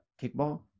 kickball